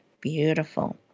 Beautiful